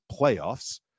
playoffs